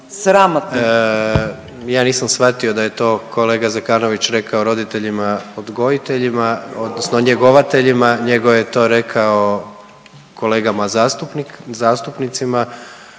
Ja nisam shvatio da je to kolega Zekanović rekao roditeljima odgojiteljima odnosno njegovateljima nego je to rekao kolegama zastupnicima